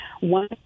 One